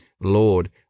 Lord